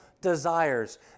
desires